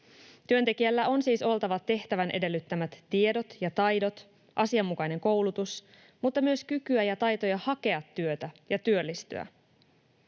Työntekijällä on siis oltava tehtävän edellyttämät tiedot ja taidot sekä asianmukainen koulutus mutta myös kykyä ja taitoja hakea työtä ja työllistyä.